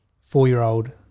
four-year-old –